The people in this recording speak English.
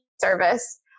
service